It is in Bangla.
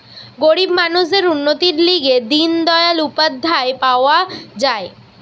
গরিব মানুষদের উন্নতির লিগে দিন দয়াল উপাধ্যায় পাওয়া যায়